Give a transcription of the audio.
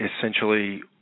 essentially